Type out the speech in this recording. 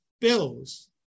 bills